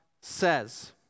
says